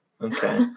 Okay